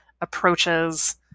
approaches